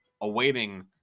awaiting